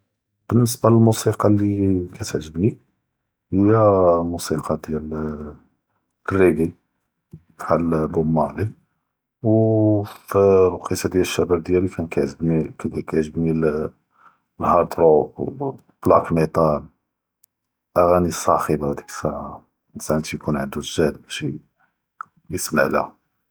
באלניסבה למוסיקה לי כאתע’ג’בני היא אלמוסיקה דיאל טריקי ב’חאל בומאדן, ו פלוואקיטה דיאל שבאב דיאלי כאן כיתע’ג’בני האלברו ו בלאק ניטה אלאגאני אלסאח’בה, הד’יק אלשעה, סעות כיקום ענדו אלג’הד בש יסמעלה.